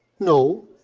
no,